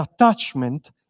attachment